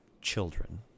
children